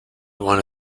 one